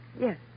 Yes